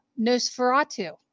Nosferatu